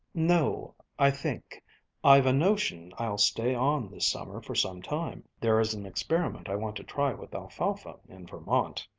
no, i think i've a notion i'll stay on this summer for some time. there is an experiment i want to try with alfalfa in vermont.